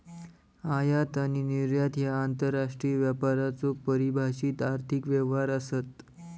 आयात आणि निर्यात ह्या आंतरराष्ट्रीय व्यापाराचो परिभाषित आर्थिक व्यवहार आसत